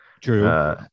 True